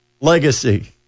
legacy